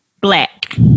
black